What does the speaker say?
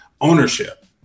ownership